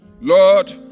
Lord